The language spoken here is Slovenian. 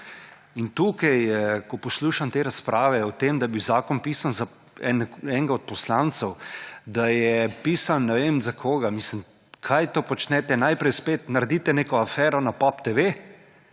ko tukaj poslušam te razprave o tem, da je bil zakon pisan za enega od poslancev, da je pisan ne vem za koga, mislim, kaj to počnete?! Najprej spet naredite neko afero na POP TV